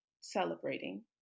celebrating